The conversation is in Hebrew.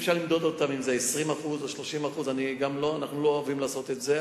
אי-אפשר למדוד אותם אם זה 20% או 30%. אנחנו גם לא אוהבים לעשות את זה.